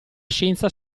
scienza